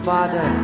Father